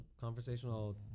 conversational